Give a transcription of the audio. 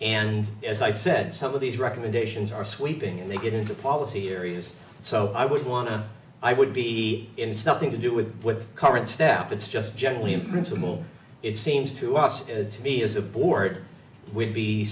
and as i said some of these recommendations are sweeping and they get into policy areas so i would want to i would be in something to do with with the current staff it's just generally in principle it seems to us to be as a board would be